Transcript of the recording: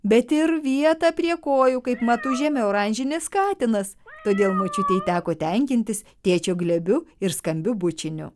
bet ir vietą prie kojų kaipmat užėmė oranžinis katinas todėl močiutei teko tenkintis tėčio glėbiu ir skambiu bučiniu